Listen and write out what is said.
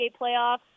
playoffs